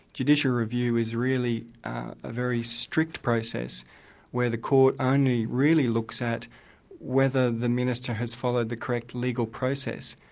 judicial review is really a very strict process where the court only really looks at whether the minister has followed the correct legal process,